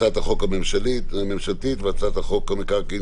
הצעת החוק הממשלתית והצעת חוק המקרקעין